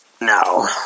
No